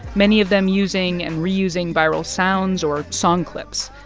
many of them using and reusing viral sounds or song clips.